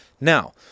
Now